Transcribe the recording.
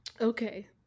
Okay